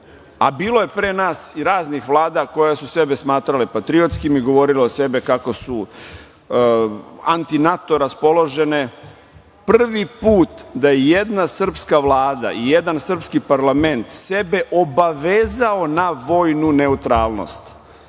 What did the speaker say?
a bilo je pre nas i raznih vlada koje su sebe smatrale patriotskim i govorile o sebi kako su anti-NATO raspoložene, prvi put da je jedna srpska Vlada i jedan srpski parlament sebe obavezao na vojnu neutralnost